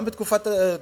גם בתקופתו